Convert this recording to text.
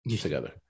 together